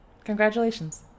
Congratulations